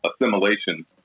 assimilation